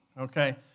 Okay